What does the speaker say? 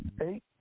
Eight